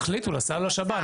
תחליטו, לסל או לשב"ן?